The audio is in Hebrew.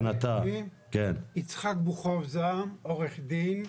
יצחק בוקובזה, עורך דין,